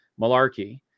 malarkey